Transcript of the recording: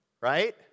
right